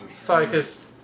Focus